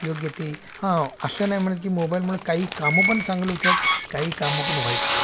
योग्य ते हा असं नाही म्हणत की मोबाईलमुळे काही कामं पण चांगले होतात काही कामं पण वाईट होतात